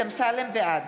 בעד